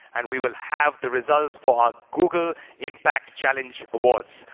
and we will have the results for our google impact challenge awards.